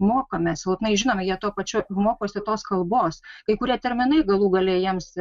mokame silpnai žinome jie tuo pačiu mokosi tos kalbos kai kurie terminai galų gale jiems